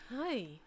Hi